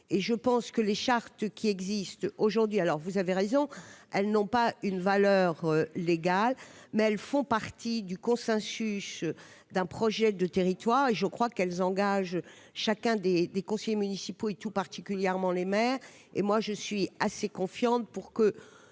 et je pense que les chartes qui existe aujourd'hui, alors vous avez raison, elles n'ont pas une valeur légale, mais elles font partie du consensus, d'un projet de territoire et je crois qu'elles engagent chacun des des conseillers municipaux et tout particulièrement les mères et moi je suis assez confiante pour que